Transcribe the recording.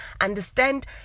Understand